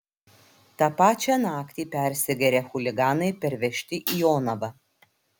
tą pačią naktį persigėrę chuliganai pervežti į jonavą